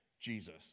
Jesus